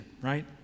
right